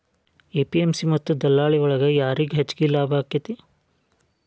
APMC ಮತ್ತ ದಲ್ಲಾಳಿ ಒಳಗ ಯಾರಿಗ್ ಹೆಚ್ಚಿಗೆ ಲಾಭ ಆಕೆತ್ತಿ?